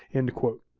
end quote.